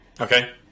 Okay